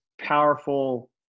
powerful